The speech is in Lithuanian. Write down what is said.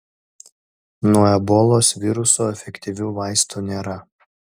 nuo ebolos viruso efektyvių vaistų nėra